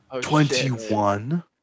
Twenty-one